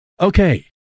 Okay